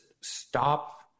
stop